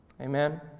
Amen